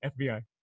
FBI